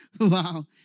Wow